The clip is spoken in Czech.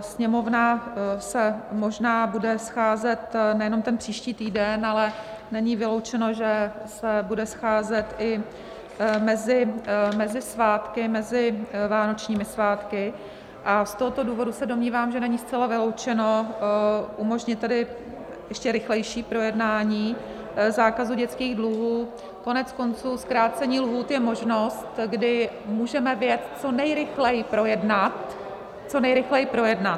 Sněmovna se možná bude scházet nejenom ten příští týden, ale není vyloučeno, že se bude scházet i mezi svátky, mezi vánočními svátky, a z tohoto důvodu se domnívám, že není zcela vyloučeno umožnit tady ještě rychlejší projednání zákazu dětských dluhů, koneckonců zkrácení lhůt je možnost, kdy můžeme věc co nejrychleji projednat.